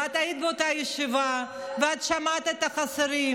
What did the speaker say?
ואת היית באותה ישיבה, ואת שמעת את החוסרים.